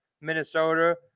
Minnesota